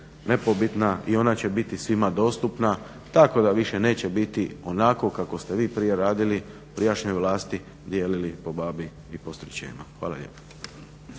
nepobitna i ona će biti svima dostupna tako da više neće biti onako kako ste vi prije radili, prijašnje vlasti, dijelili po babi i po stričevima. Hvala lijepa.